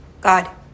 God